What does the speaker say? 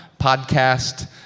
Podcast